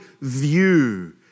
view